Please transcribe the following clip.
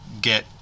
get